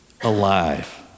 alive